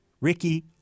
Ricky